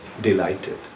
delighted